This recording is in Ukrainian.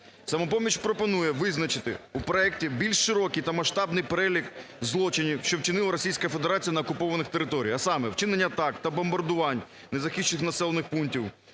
"Самопоміч" пропонує визначити у проекті більш широкий та масштабний перелік злочинів, що вчинила Російська Федерація на окупованих територіях, а саме: вчинення атак та бомбардувань незахищених населених пунктів,